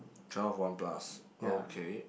twelve one plus okay